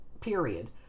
Period